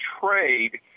trade